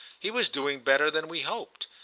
he was doing better than we hoped,